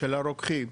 של הרוקחים.